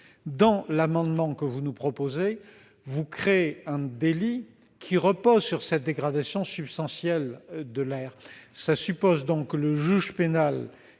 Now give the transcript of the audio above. Or l'amendement que vous proposez vise à créer un délit reposant sur cette dégradation substantielle de l'air. Cela suppose que le juge pénal,